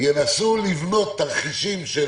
ינסו לבנות תרחישים של